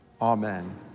amen